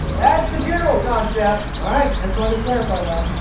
that's the general concept. all right, i just wanted to clarify that.